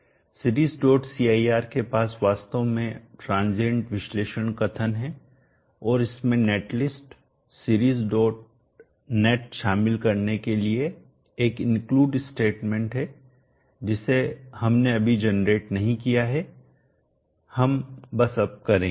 seriescir के पास वास्तव में ट्रांजियंट विश्लेषण कथन है और इसमें नेट लिस्ट seriesnet शामिल करने के लिए एक इंक्लूड स्टेटमेंट है जिसे हमने अभी जनरेट नहीं किया है हम बस अब करेंगे